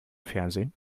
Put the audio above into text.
fernsehen